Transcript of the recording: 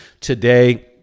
today